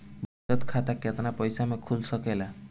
बचत खाता केतना पइसा मे खुल सकेला?